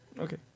Okay